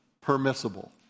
permissible